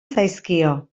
zaizkio